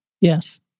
Yes